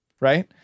right